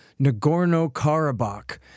Nagorno-Karabakh